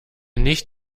nicht